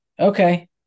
Okay